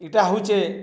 ଇଟା ହଉଚେ